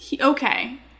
okay